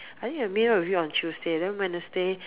I think I meet up with you on Tuesday and then Wednesday